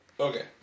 Okay